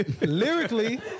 lyrically